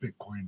bitcoin